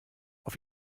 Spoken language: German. auf